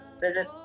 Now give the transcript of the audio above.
visit